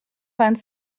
vingt